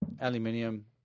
aluminium